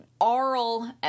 aural